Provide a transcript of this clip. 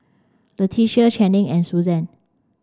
Latricia Channing and Susann